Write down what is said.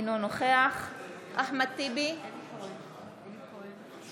אינו נוכח אחמד טיבי, אינו נוכח אלי כהן,